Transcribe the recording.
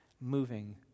moving